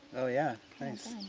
oh yeah nice.